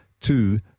two